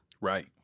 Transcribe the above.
Right